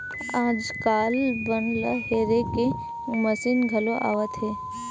आजकाल बन ल हेरे के मसीन घलो आवत हे